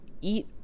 eat